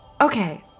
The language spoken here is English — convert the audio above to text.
Okay